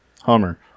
hummer